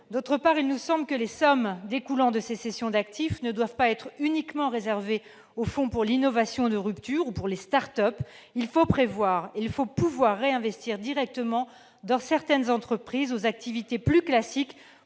D'autre part, il nous semble que les sommes découlant de ces cessions d'actifs ne doivent pas être uniquement réservées au fonds pour l'innovation de rupture ou aux start-up. Il faut pouvoir réinvestir directement dans certaines entreprises aux activités plus classiques,